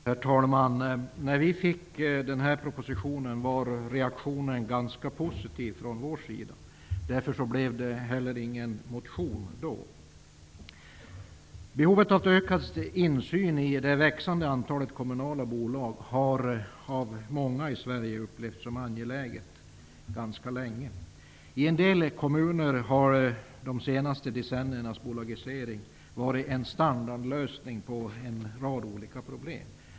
Herr talman! När den här propositionen kom var reaktionen från vår sida ganska positiv. Därför väckte vi inte heller någon motion. Behovet av ökad insyn i det växande antalet kommunala bolag har av många i Sverige ganska länge upplevts som angeläget. I en del kommuner har de senaste decenniernas bolagisering utgjort en standardlösning på en rad olika problem.